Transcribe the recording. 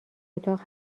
اتاق